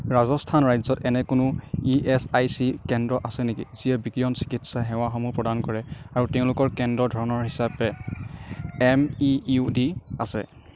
ৰাজস্থান ৰাজ্যত এনে কোনো ই এচ আই চি কেন্দ্ৰ আছে নেকি যিয়ে বিকিৰণ চিকিৎসা সেৱাসমূহ প্ৰদান কৰে আৰু তেওঁলোকৰ কেন্দ্ৰৰ ধৰণ হিচাপে এম ই ইউ ডি আছে